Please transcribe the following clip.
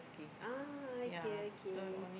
ah okay okay